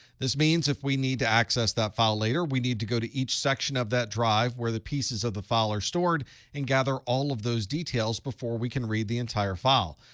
this means if we need to access that file later, we need to go to each section of that drive where the pieces of the file are stored and gather all of those details before we can read the entire file.